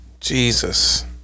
Jesus